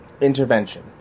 intervention